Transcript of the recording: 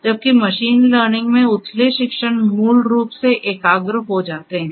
जबकि machine learning में उथले शिक्षण मूल रूप से एकाग्र हो जाते हैं